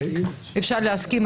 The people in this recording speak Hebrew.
אפשר להסכים,